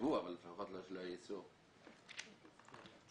אני באופן אישי לא מכירה מקומות בהם זה לא